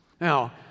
Now